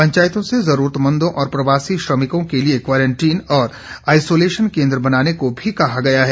पंचायतों से जरूरतमंदों और प्रवासी श्रमिकों के लिए क्वारंटाइन और आइसोलेशन केन्द्र बनाने को भी कहा गया है